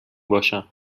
باشم